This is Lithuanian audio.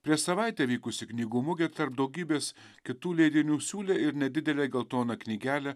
prieš savaitę vykusį knygų mugę tarp daugybės kitų leidinių siūlė ir nedidelę geltoną knygelę